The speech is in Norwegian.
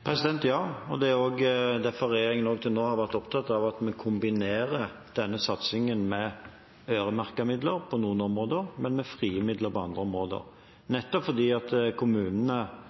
Det er også derfor regjeringen til nå har vært opptatt av å kombinere denne satsingen med øremerkede midler på noen områder, men med frie midler på andre områder, nettopp fordi kommunene